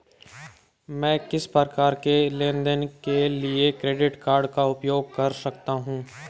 मैं किस प्रकार के लेनदेन के लिए क्रेडिट कार्ड का उपयोग कर सकता हूं?